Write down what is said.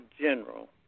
general